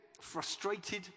frustrated